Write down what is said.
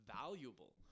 valuable